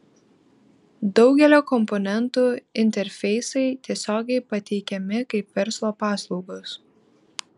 daugelio komponentų interfeisai tiesiogiai pateikiami kaip verslo paslaugos